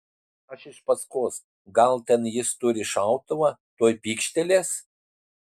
aš iš paskos gal ten jis turi šautuvą tuoj pykštelės